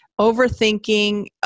overthinking